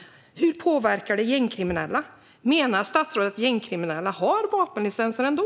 Menar statsrådet att gängkriminella har vapenlicenser ändå?